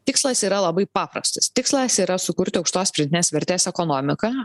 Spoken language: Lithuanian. tikslas yra labai paprastas tikslas yra sukurti aukštos pridėtinės vertės ekonomiką